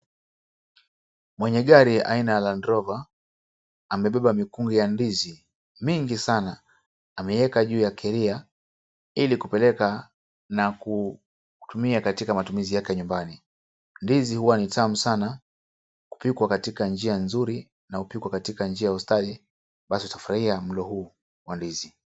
Mwenye gari aina ya Landrover amebeba mikungu ya ndizi mingi sana. Ameieka juu ya carrier ili kupeleka na kutumia katika matumizi yake ya nyumbani. Ndizi huwa ni tamu sana kupikwa katika njia nzuri na hupikwa katika njia ya ustadi basi utafurahia mlo huu wa ndizi.